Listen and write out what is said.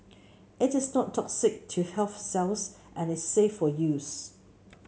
it is not toxic to healthy cells and is safe for use